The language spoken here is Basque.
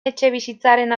etxebizitzaren